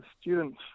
students